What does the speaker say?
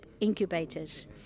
incubators